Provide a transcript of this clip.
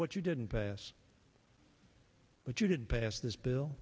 what you didn't pass but you did pass this bill